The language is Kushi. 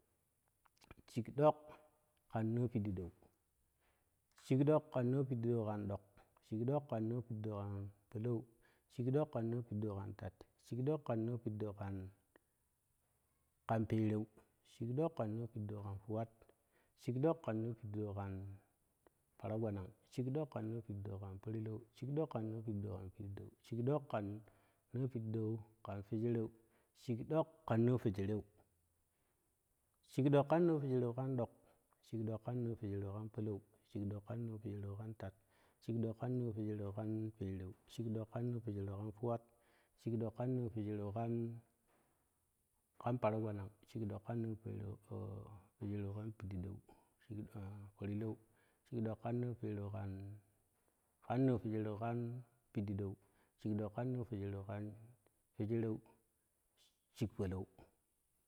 Shik ɗok ƙan noo pidiɗeu shikɗok ƙan noo pidiɗeu kan ɗok shikɗok kan noo pidiɗeu kan polou shikɗok kan noo piɗiɗeu kan tat shikɗok ƙan noo piɗiden ka paragbana shik noo piɗiɗeu kan fewedereu shik ɗok kan noo fewejereu kan polou shikɗok kan noo fwejereu kan tat shikɗok kan noo fwejereu kan tat shikɗok kan noo fewejereu kan tuwat shikdokkan noo fwejereu kan paragbanan shikdok kan noo fwejerei kan porlou shik ɗok kan noo fwejereu kan piɗideu shik dok kai noo fwejereu kan fwesere shik polou we we ku ъuk we ku buk ye ƙa peni peni peni peni in maka weya kera tim mani ka kera sha tomon ƙo maka wam ka tewani ka keriku ta shilibi tashilibi langkune ъune taka na mamo ɗeni wani ta shiwoni an ɗaklan ɗaklan kuma ta waruko ka kaini kenni kuma ta liko keri yimmina ka shatomafo to wen kpam ye yeka ti piren kan ne ъoi nei la niyon ding ne leka nen ɗinoti shekki shatoman shatoma tere ta wattei ka wen ta warui ti kwu bi we ku ъuk ye ne yassha ne we ъoi mana teka na ta sha tomon ne leka nan ta kai kina nen ta ka murgo nen ta kan mina ƙa pelle ma shau kama gero kama dwakno dama gappa kama kyeu kan ɗeu we an shirau ti shuru.